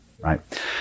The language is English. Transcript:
Right